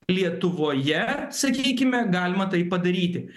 lietuvoje sakykime galima tai padaryti